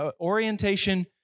orientation